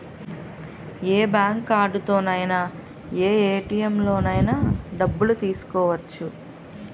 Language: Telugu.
ఏ బ్యాంక్ కార్డుతోనైన ఏ ఏ.టి.ఎం లోనైన డబ్బులు తీసుకోవచ్చు